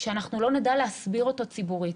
שאנחנו לא נדע להסביר אותו ציבורית.